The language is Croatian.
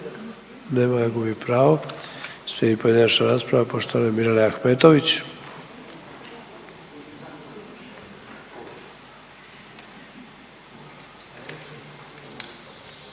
Nema ga, gubi pravo. Slijedi pojedinačna rasprava poštovane Mirele Ahmetović.